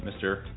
Mr